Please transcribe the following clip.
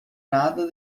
nada